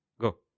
Go